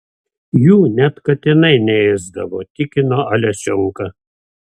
jų net katinai neėsdavo tikino alesionka